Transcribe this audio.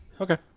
Okay